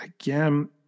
again